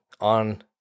on